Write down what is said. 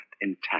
intact